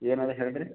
ಏನದ ಹೇಳಿರಿ